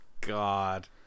god